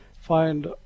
find